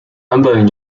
版本